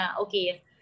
okay